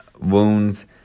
Wounds